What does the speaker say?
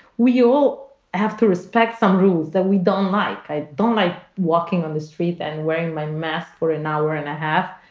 we all have to respect some rules that we don't like. i don't like walking on the street and wearing my mask for an hour and a half.